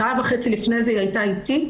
שעה וחצי לפני כן היא הייתה אתי,